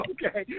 Okay